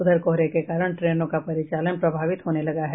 उधर कोहरे के कारण ट्रेनों का परिचालन प्रभावित होने लगा है